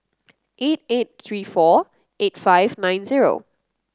eight eight three four eight five nine zero